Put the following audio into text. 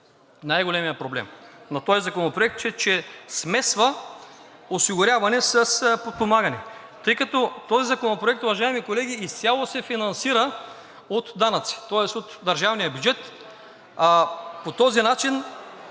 най-големият проблем на този законопроект е, че смесва осигуряване с подпомагане, тъй като този законопроект, уважаеми колеги, изцяло се финансира от данъци, тоест от държавния бюджет, а по този начин